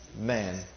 man